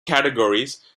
categories